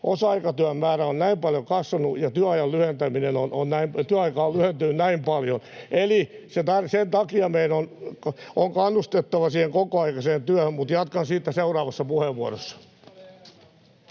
osa-aikatyön määrä on näin paljon kasvanut ja työaika on lyhentynyt näin paljon. Eli sen takia meidän on kannustettava siihen kokoaikaiseen työhön. — Jatkan siitä seuraavassa puheenvuorossa.